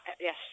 yes